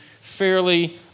fairly